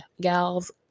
gals